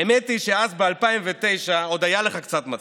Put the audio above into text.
האמת היא שאז, ב-2009, עוד היה לך קצת מצפון.